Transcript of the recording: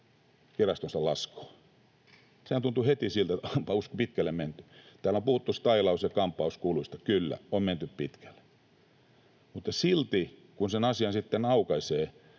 virastonsa laskuun. Sehän tuntui heti siltä, että onpa pitkälle menty. Täällä on puhuttu stailaus‑ ja kampauskuluista — kyllä, on menty pitkälle. Mutta silti, kun sen asian sitten aukaisee,